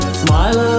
smile